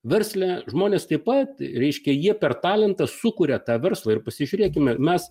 versle žmonės taip pat reiškia jie per talentą sukuria tą verslą ir pasižiūrėkime mes